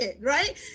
right